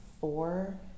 Four